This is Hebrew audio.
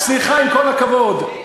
סליחה, עם כל הכבוד.